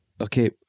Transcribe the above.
okay